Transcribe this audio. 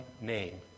name